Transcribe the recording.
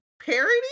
parody